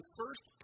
first